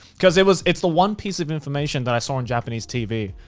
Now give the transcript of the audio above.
cause it was, it's the one piece of information that i saw on japanese tv.